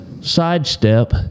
sidestep